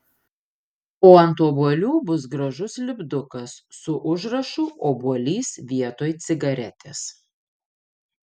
o ant obuolių bus gražus lipdukas su užrašu obuolys vietoj cigaretės